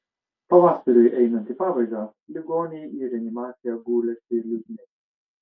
pavasariui einant į pabaigą ligoniai į reanimaciją gulėsi liūdni